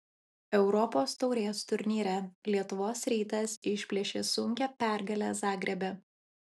europos taurės turnyre lietuvos rytas išplėšė sunkią pergalę zagrebe